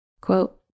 Quote